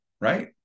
Right